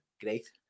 Great